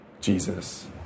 Jesus